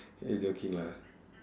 eh joking lah